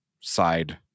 side